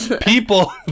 people